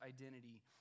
identity